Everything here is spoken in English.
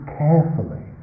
carefully